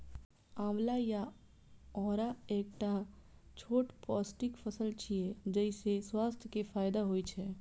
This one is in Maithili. आंवला या औरा एकटा छोट पौष्टिक फल छियै, जइसे स्वास्थ्य के फायदा होइ छै